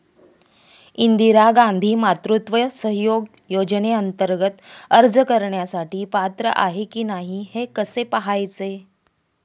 इंदिरा गांधी मातृत्व सहयोग योजनेअंतर्गत अर्ज करण्यासाठी पात्र आहे की नाही हे कसे पाहायचे?